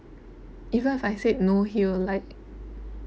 even if I said no he would like